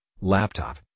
laptop